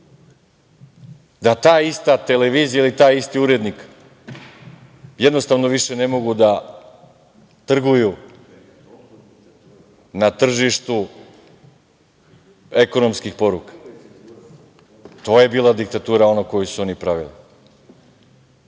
da ta ista televizija ili taj isti urednik jednostavno više ne mogu da trguju na tržištu ekonomskih poruka. To je bila diktatura koju su oni pravili.I